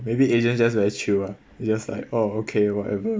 maybe asians just very chill lah it's just like oh okay whatever